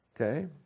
Okay